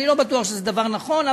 אני לא בטוח שזה דבר נכון,